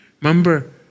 Remember